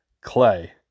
Clay